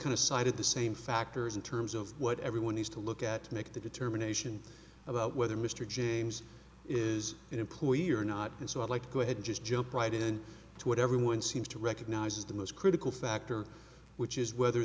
kind of side at the same factors in terms of what everyone needs to look at make the determination about whether mr james is an employee or not and so i'd like to go ahead just jump right in to what everyone seems to recognize is the most critical factor which is whether